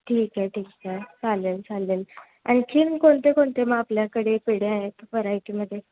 ठीक आहे ठीक आहे चालेल चालेल आणखीन कोणते कोणते मग आपल्याकडे पेढे आहेत व्हरायटीमध्ये